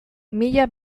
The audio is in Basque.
mila